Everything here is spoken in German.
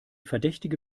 verdächtige